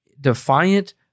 defiant